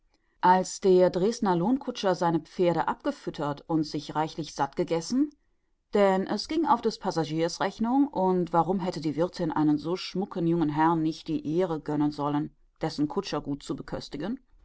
als der dresdner lohnkutscher seine pferde abgefüttert sich reichlich satt gegessen denn es ging auf des passagiers rechnung und warum hätte die wirthin einem so schmucken jungen herrn nicht die ehre gönnen sollen dessen kutscher gut zu beköstigen